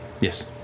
Yes